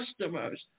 customers